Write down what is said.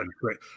great